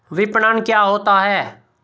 विपणन क्या होता है?